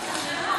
הכנסת.